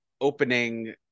opening